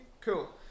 cool